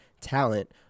talent